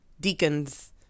deacons